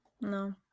No